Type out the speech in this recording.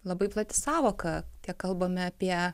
labai plati sąvoka tiek kalbame apie